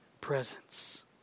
presence